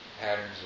patterns